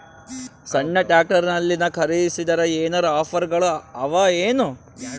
ಸಣ್ಣ ಟ್ರ್ಯಾಕ್ಟರ್ನಲ್ಲಿನ ಖರದಿಸಿದರ ಏನರ ಆಫರ್ ಗಳು ಅವಾಯೇನು?